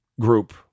group